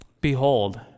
behold